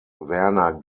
werner